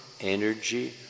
energy